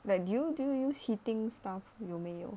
like do you do you use heating stuff 有没有